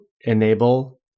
enable